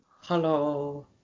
Hello